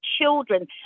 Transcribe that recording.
children